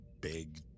big